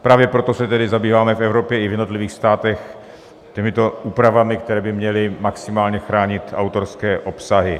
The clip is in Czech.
Právě proto se zabýváme v Evropě i v jednotlivých státech těmito úpravami, které by měly maximálně chránit autorské obsahy.